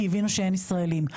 כי הבינו שאין ישראלים,